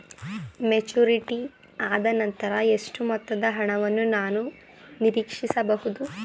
Maturity ಆದನಂತರ ಎಷ್ಟು ಮೊತ್ತದ ಹಣವನ್ನು ನಾನು ನೀರೀಕ್ಷಿಸ ಬಹುದು?